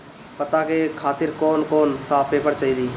पता के खातिर कौन कौन सा पेपर चली?